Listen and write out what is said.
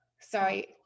sorry